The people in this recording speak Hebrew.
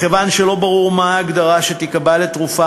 מכיוון שלא ברור מה ההגדרה שתיקבע לתרופה